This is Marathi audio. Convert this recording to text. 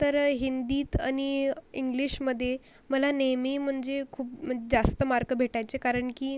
तर हिंदीत आणि इंग्लिशमध्ये मला नेहमी म्हणजे खूप म जास्त मार्क भेटायचे कारण की